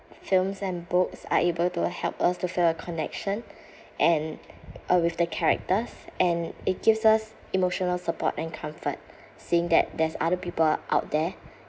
films and books are able to help us to feel a connection and uh with the characters and it gives us emotional support and comfort seeing that there's other people out there